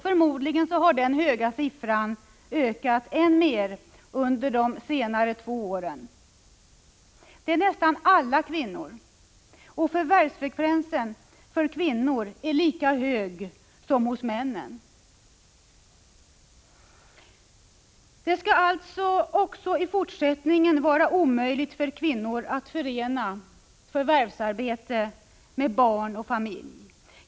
Förmodligen har den höga siffran ökat än mer under de senaste två åren. Det innebär att nästan alla kvinnor förvärvsarbetar, och förvärvsfrekvensen är lika hög för kvinnorna som för männen. Det skall alltså också i fortsättningen vara omöjligt för kvinnor att förena förvärvsarbete med barn och familj.